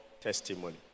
testimony